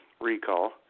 recall